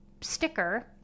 sticker